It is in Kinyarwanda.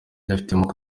yifitemo